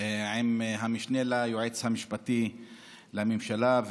עם המשנה ליועץ המשפטי לממשלה,